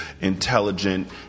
intelligent